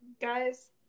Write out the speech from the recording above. Guys